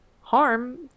harm